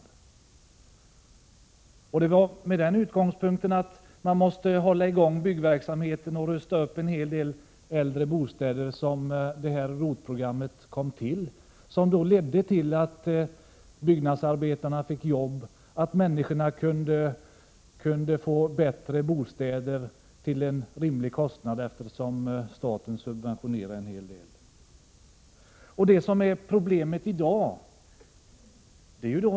ROT-programmet genomfördes från den utgångspunkten att byggnadsverksamheten måste hållas i gång och att en hel del äldre bostäder måste rustas upp. Detta ledde till att byggnadsarbetarna fick jobb och, eftersom staten subventionerade verksamheten en hel del, till att människorna kunde få bättre bostäder till en rimlig kostnad.